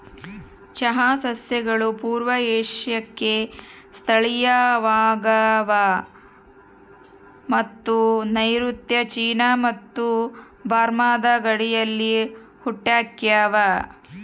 ಚಹಾ ಸಸ್ಯಗಳು ಪೂರ್ವ ಏಷ್ಯಾಕ್ಕೆ ಸ್ಥಳೀಯವಾಗವ ಮತ್ತು ನೈಋತ್ಯ ಚೀನಾ ಮತ್ತು ಬರ್ಮಾದ ಗಡಿಯಲ್ಲಿ ಹುಟ್ಟ್ಯಾವ